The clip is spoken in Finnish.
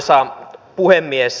arvoisa puhemies